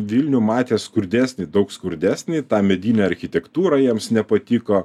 vilnių matė skurdesnį daug skurdesnį ta medinė architektūra jiems nepatiko